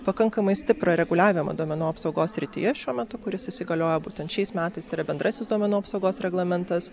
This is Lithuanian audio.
pakankamai stiprų reguliavimą duomenų apsaugos srityje šiuo metu kuris įsigaliojo būtent šiais metais tai yra bendrasis duomenų apsaugos reglamentas